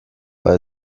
bei